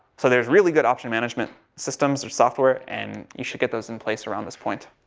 so there's really good option management systems or software and you should get those in place around this point.